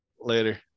Later